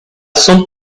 some